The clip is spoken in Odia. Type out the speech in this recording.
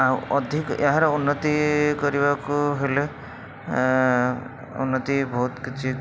ଆଉ ଅଧିକ ଏହାର ଉନ୍ନତି କରିବାକୁ ହେଲେ ଉନ୍ନତି ବହୁତ କିଛି